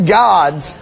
gods